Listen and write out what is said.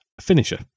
finisher